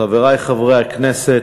חברי חברי הכנסת,